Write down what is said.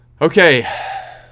okay